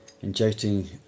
injecting